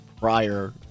prior